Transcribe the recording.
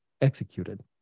executed